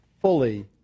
fully